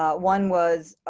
ah one was,